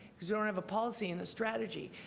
don't have a policy and strategy.